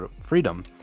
freedom